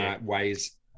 ways